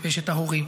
ויש את ההורים,